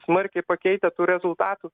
smarkiai pakeitę tų rezultatų